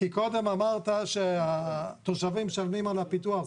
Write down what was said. כי קודם אמרת שהתושבים משלמים על הפיתוח.